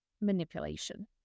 manipulation